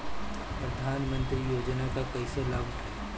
प्रधानमंत्री योजना के कईसे लाभ उठाईम?